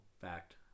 Fact